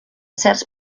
certs